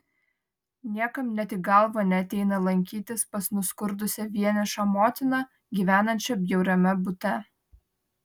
niekam net į galvą neateina lankytis pas nuskurdusią vienišą motiną gyvenančią bjauriame bute